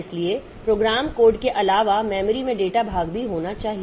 इसलिए program code के अलावा मेमोरी में डेटा भाग भी होना चाहिए